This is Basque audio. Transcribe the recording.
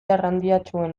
arrandiatsuen